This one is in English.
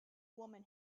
woman